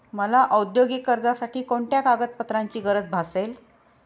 मला औद्योगिक कर्जासाठी कोणत्या कागदपत्रांची गरज भासेल?